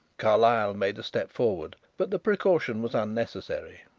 carlyle made a step forward, but the precaution was unnecessary.